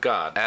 God